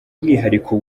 mwihariko